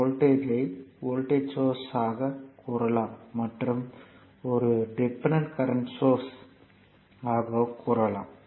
இந்த வோல்ட்டேஜ்யை voltage source ஆக கூறலாம் மற்றும் இது ஒரு டிபெண்டன்ட் கரண்ட் சோர்ஸ் ஆகும்